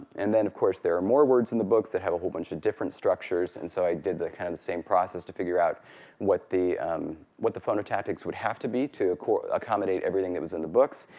and then of course there are more words in the books that have a whole bunch of different structures, and so i did the kind of same process to figure out what the um what the phonotactics would have to be to accommodate everything that was in the books,